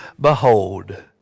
behold